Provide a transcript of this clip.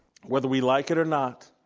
whether we like it or not,